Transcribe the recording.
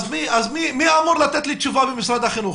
מי אמור לתת לי תשובה במשרד החינוך?